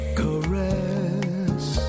caress